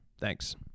Thanks